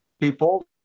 people